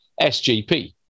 SGP